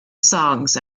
songs